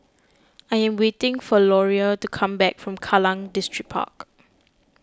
I am waiting for Loria to come back from Kallang Distripark